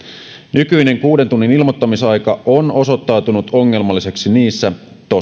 nykyinen kuuden tunnin ilmoittamisaika on osoittautunut ongelmalliseksi niissä